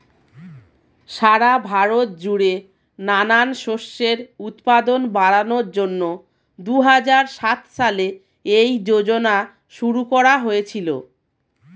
সারা ভারত জুড়ে নানান শস্যের উৎপাদন বাড়ানোর জন্যে দুহাজার সাত সালে এই যোজনা শুরু করা হয়েছিল